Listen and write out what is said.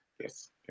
yes